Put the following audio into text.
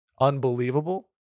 unbelievable